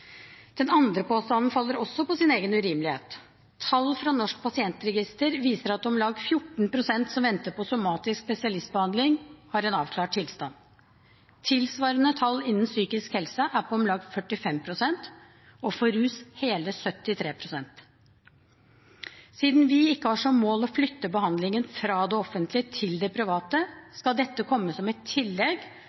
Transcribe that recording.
Den andre påstanden faller også på sin egen urimelighet. Tall fra Norsk pasientregister viser at om lag 14 pst. av dem som venter på somatisk spesialistbehandling, har en avklart tilstand. Tilsvarende tall innen psykisk helse er på om lag 45 pst., og for rus er tallet hele 73 pst. Siden vi ikke har som mål å flytte behandlingen fra det offentlige til det private, skal dette komme som et tillegg